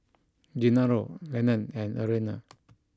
Genaro Lenon and Arianna